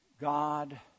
God